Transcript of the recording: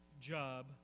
job